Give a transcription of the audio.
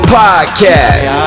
podcast